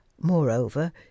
moreover